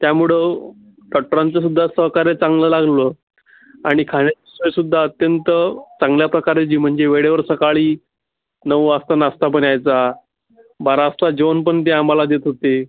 त्यामुळं डाक्टरांचासुद्धा सहकार्य चांगलं लागलं आणि खाण्याचंसुद्धा अत्यंत चांगल्या प्रकारे जी म्हणजे वेळेवर सकाळी नऊ वाजता नाश्ता पण यायचा बारा वाजता जेवण पण ते आम्हाला देत होते